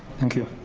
thank you.